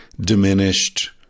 diminished